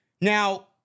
Now